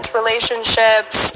relationships